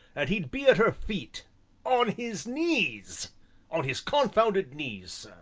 and he'd be at her feet on his knees on his confounded knees,